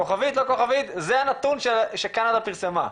כוכבית, לא כוכבית, זה הנתון שקנדה פרסמה.